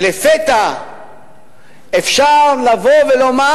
כשלפתע אפשר לבוא ולומר: